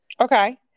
Okay